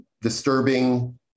disturbing